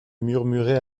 murmurait